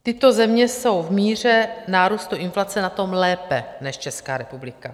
Tyto země jsou v míře nárůstu inflace na tom lépe než Česká republika.